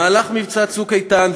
במהלך מבצע "צוק איתן",